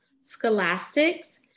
Scholastics